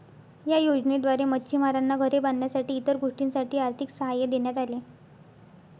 या योजनेद्वारे मच्छिमारांना घरे बांधण्यासाठी इतर गोष्टींसाठी आर्थिक सहाय्य देण्यात आले